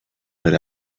bere